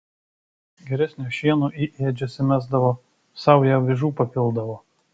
geresnio šieno į ėdžias įmesdavo saują avižų papildavo